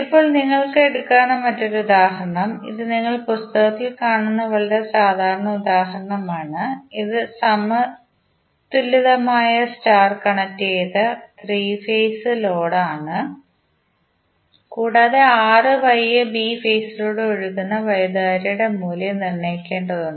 ഇപ്പോൾ നിങ്ങൾക്ക് എടുക്കാവുന്ന മറ്റൊരു ഉദാഹരണം ഇത് നിങ്ങൾ പുസ്തകത്തിൽ കാണുന്ന വളരെ സാധാരണ ഉദാഹരണമാണ് ഇത് സമതുലിതമായ സ്റ്റാർ കണക്റ്റുചെയ്ത 3 ഫേസ് ലോഡാണ് കൂടാതെ R Y B ഫേസിലൂടെ ഒഴുകുന്ന വൈദ്യുതധാരകളുടെ മൂല്യം നിർണ്ണയിക്കേണ്ടതുണ്ട്